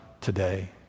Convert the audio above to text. today